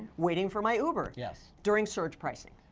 waiting for my uber. yes. during surge pricing.